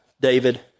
David